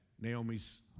Naomi's